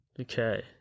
Okay